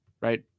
right